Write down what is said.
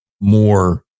more